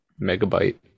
megabyte